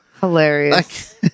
Hilarious